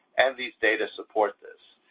and these data support this.